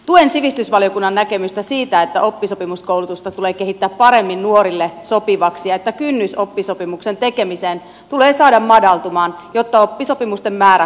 tuen sivistysvaliokunnan näkemystä siitä että oppisopimuskoulutusta tulee kehittää paremmin nuorille sopivaksi ja että kynnys oppisopimuksen tekemiseen tulee saada madaltumaan jotta oppisopimusten määrä kasvaa